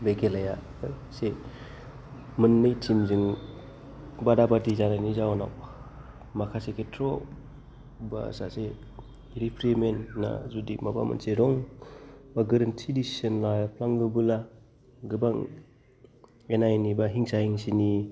बे खेलाया एसे मोननै टिमजों बादा बादि जालायनाय जाहोनाव माखासे खेथ्र'आव बा सासे रिफारि मेनआ जुदि माबा मोनसे रं बा गोरोन्थि दिसिजन लाफ्लाङोबा गोबां एना एनि बा हिंसा हिंसिनि